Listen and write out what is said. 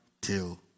till